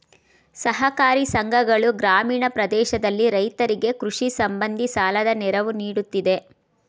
ಸಹಕಾರಿ ಸಂಘಗಳು ಗ್ರಾಮೀಣ ಪ್ರದೇಶದಲ್ಲಿ ರೈತರಿಗೆ ಕೃಷಿ ಸಂಬಂಧಿ ಸಾಲದ ನೆರವು ನೀಡುತ್ತಿದೆ